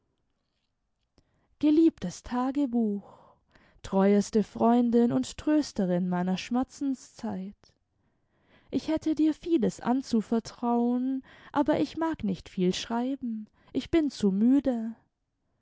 geliebtes tagebuch treueste freundin und trösterin meiner schmerzenszeit ich hätte dir vieles anzuvertrauen aber ich mag nicht viel schreiben ich bin zu müde